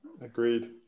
Agreed